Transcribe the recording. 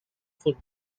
for